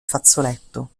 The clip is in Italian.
fazzoletto